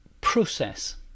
process